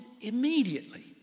immediately